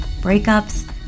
breakups